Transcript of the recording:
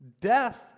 Death